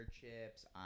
chips